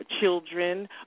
children